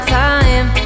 time